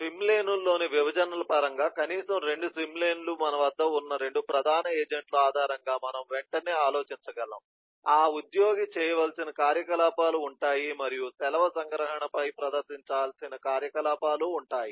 swim లేనుల్లోని విభజనల పరంగా కనీసం 2 స్విమ్ లేన్ లు మన వద్ద ఉన్న 2 ప్రధాన ఏజెంట్ల ఆధారంగా మనం వెంటనే ఆలోచించగలం ఆ ఉద్యోగి చేయవలసిన కార్యకలాపాలు ఉంటాయి మరియు సెలవు సంగ్రహణపై ప్రదర్శించాల్సిన కార్యకలాపాలు ఉంటాయి